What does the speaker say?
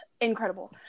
incredible